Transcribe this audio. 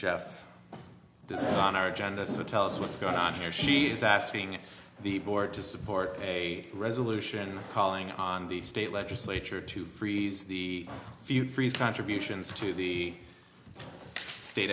geoff on our agenda so tell us what's going on here she is asking the board to support a resolution calling on the state legislature to freeze the future freeze contributions to the state